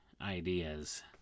ideas